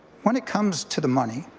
when it comes to the money,